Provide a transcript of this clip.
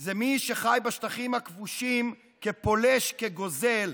זה מי שחי בשטחים הכבושים כפולש וכגוזל,